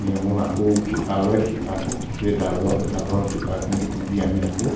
নেমু আকৌ শিপা লৈ শিপা সেই সেই ডালৰ ডালৰ শিপাখিনি তুলি আমি আকৌ